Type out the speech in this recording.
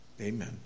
Amen